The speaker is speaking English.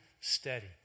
steady